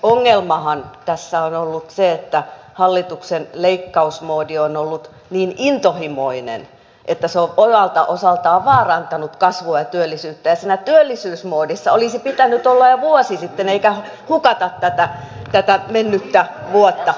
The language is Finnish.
ongelmahan tässä on ollut se että hallituksen leikkausmoodi on ollut niin intohimoinen että se on omalta osaltaan vaarantanut kasvua ja työllisyyttä ja siinä työllisyysmoodissa olisi pitänyt olla jo vuosi sitten eikä hukata tätä mennyttä vuotta